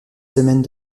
semaines